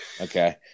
Okay